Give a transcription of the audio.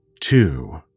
two